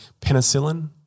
penicillin